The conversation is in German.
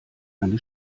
eine